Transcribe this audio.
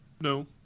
No